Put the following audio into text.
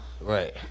right